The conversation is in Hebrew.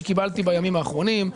שקיבלתי בימים האחרונים,